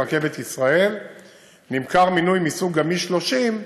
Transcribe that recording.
ברכבת ישראל נמכר מינוי מסוג גמיש שלושים,